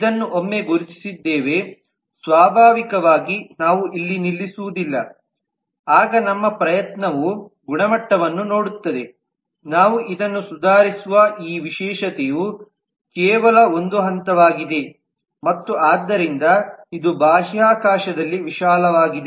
ಇದನ್ನು ಒಮ್ಮೆ ಗುರುತಿಸಿದ್ದೇವೆ ಸ್ವಾಭಾವಿಕವಾಗಿ ನಾವು ಇಲ್ಲಿ ನಿಲ್ಲಿಸುವುದಿಲ್ಲ ಆಗ ನಮ್ಮ ಪ್ರಯತ್ನವು ಗುಣಮಟ್ಟವನ್ನು ನೋಡುತ್ತದೆ ನಾವು ಇದನ್ನು ಸುಧಾರಿಸುವ ಈ ವಿಶೇಷತೆಯು ಕೇವಲ ಒಂದು ಹಂತವಾಗಿದೆ ಮತ್ತು ಆದ್ದರಿಂದ ಇದು ಬಾಹ್ಯಾಕಾಶದಲ್ಲಿ ವಿಶಾಲವಾಗಿದೆ